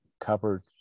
covered